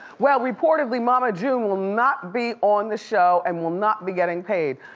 well reportedly, mama june will not be on the show and will not be getting paid,